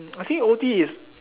mm I think O_T is